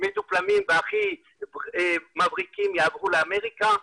מדופלמים ומבריקים יעברו לאמריקה,